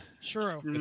Sure